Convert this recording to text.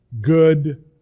good